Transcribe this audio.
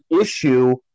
issue